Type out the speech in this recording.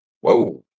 Whoa